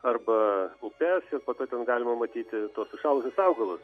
arba upes ir po to ten galima matyti tuos sušalusius augalus